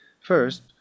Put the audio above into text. First